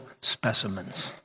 specimens